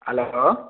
hello